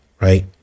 right